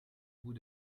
bout